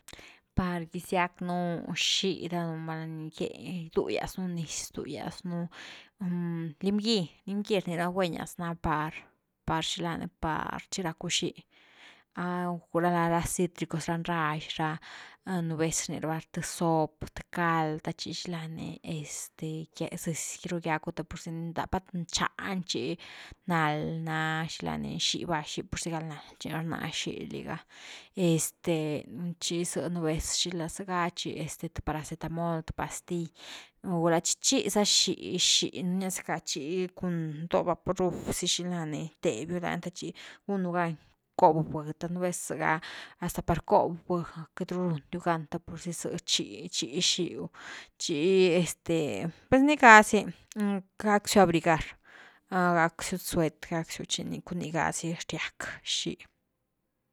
Par gisiack nú xíh danunu val’na gie, giduias nú niz gidu’ias nú lim gy-lim gy rni rava guenias na par-par xila par chi racku xíh, gulá ra cítricos, raq ndrax ra, nú vez rni raba th sop th cald th te chi xilani, este zesy ru giacku te pursi, pat nxani chi land na x´´ih va, pursy gal nald chi ni nraz xíh liha, este chi zë nú vez, zega chi, este th paracetamol, th pastill, gulá chi chíi za xí, xinu rnia zacka chic un do vaporub sy xinilani rtabiu lani chi gunu gan cobu vhë te nú vez zega, hasta cobu vhë queity ru rundiu gan te purzy zë chí-chí xiu chi este pues ní ga zy, gack siu abrigar, gacksiu suet, gacksiu chi ni cun ní gazy riack xíh.